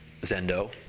Zendo